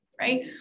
right